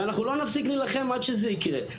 ואנחנו לא נפסיק להילחם עד שזה יקרה.